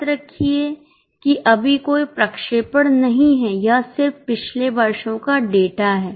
याद रखें कि अभी कोई प्रक्षेपण नहीं है यह सिर्फ पिछले वर्षों का डेटा है